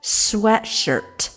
sweatshirt